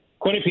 Quinnipiac